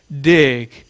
dig